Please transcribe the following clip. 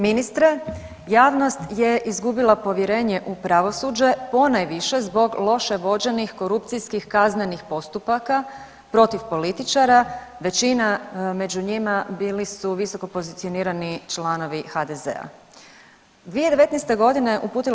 Ministre, javnost je izgubila povjerenje u pravosuđe ponajviše zbog loše vođenih korupcijskih kaznenih postupaka protiv političara, većina među njima bili su visokopozicionirani članovi HDZ-a.